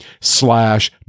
slash